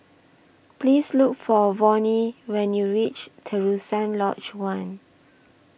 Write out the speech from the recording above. Please Look For Vonnie when YOU REACH Terusan Lodge one